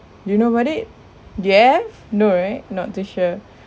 do you know about it do you have no right not to sure